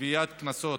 לגביית קנסות,